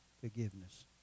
forgiveness